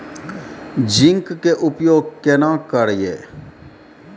Zinc के उपयोग केना करये?